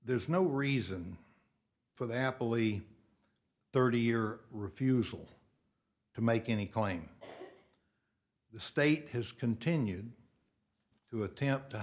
there's no reason for the apple iii thirty year refusal to make any claim the state has continued to attempt to